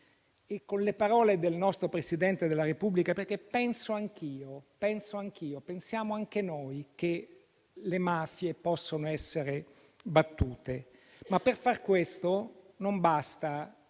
e con le parole del nostro Presidente della Repubblica, perché pensiamo anche noi che le mafie possono essere battute, ma per far questo non basta